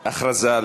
התוצאה?